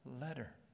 letter